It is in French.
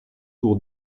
tour